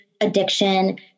addiction